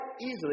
easily